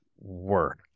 work